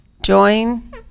Join